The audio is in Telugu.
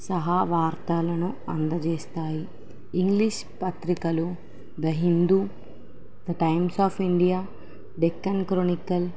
సహా వార్తాలను అందజేస్తాయి ఇంగ్లీష్ పత్రికలు the Hindu the Times of India Deccan Chronicle